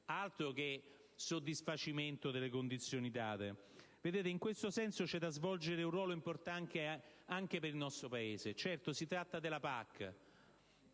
altro che soddisfacimento delle condizioni date! Vedete, in questo senso c'è da svolgere un ruolo importante anche per il nostro Paese. Certo, si tratta della PAC,